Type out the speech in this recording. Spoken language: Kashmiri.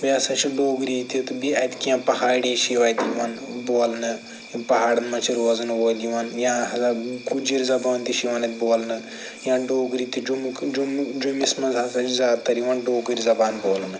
بییٚہ ہسا چھِ ڈوگری تہِ بییٚہِ اتہِ کیٚنٛہہ پہاڑی چھِ یوان اتہِ یِوان بولنہٕ یِم پہاڑن منٛز چھِ روزن وٲلۍ یِوان یا گُجرۍ زبان تہِ چھِ یِوان اَتہِ بولنہٕ یا ڈوٗگری تہِ جموں جوٚمِس منٛز ہسا چھِ زیادٕ تر یِوان ڈوٗگٕری زبان بولنہٕ